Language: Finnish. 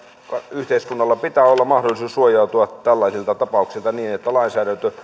yhteiskunnalla pitää olla mahdollisuus suojautua tällaisilta tapauksilta niin että lainsäädäntö